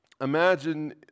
imagine